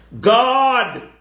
God